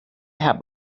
have